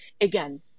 again